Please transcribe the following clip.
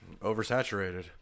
Oversaturated